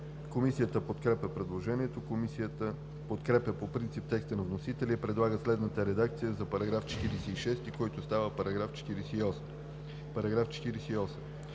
Комисията подкрепя предложението. Комисията подкрепя по принцип текста на вносителя и предлага следната редакция за § 40, който става § 41: „§ 41.